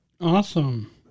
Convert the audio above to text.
Awesome